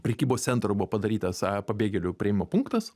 prekybos centro buvo padarytas pabėgėlių priėmimo punktas